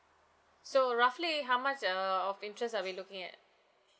so roughly how much uh of interest are we looking at